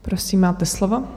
Prosím, máte slovo.